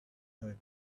heard